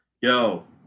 Yo